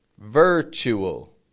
Virtual